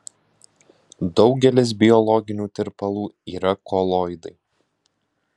daugelis biologinių tirpalų yra koloidai